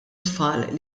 tfal